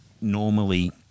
normally